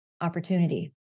opportunity